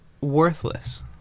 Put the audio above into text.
worthless